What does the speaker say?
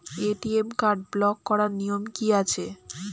ATM card block করার নিয়ম কি আছে?